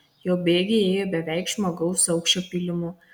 jo bėgiai ėjo beveik žmogaus aukščio pylimu